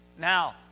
Now